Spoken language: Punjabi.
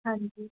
ਹਾਂਜੀ